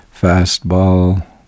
fastball